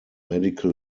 medical